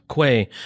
Quay